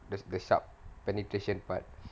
the the sharp penetration part